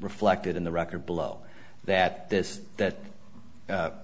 reflected in the record below that this that